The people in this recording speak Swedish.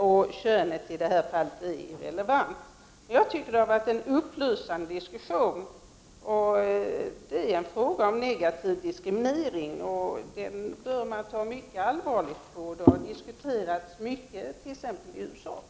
Könet blir i det fallet relevant. Jag tycker att det har varit en upplysande diskussion. Det är en fråga om negativ diskriminering, som man bör ta mycket allvarligt på. Detta har diskuterats mycket, t.ex. i USA.